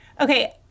Okay